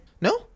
No